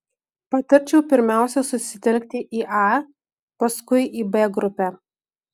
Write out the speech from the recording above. patarčiau pirmiausia susitelkti į a paskui į b grupę